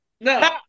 no